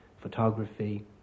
photography